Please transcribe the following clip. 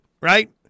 right